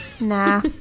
Nah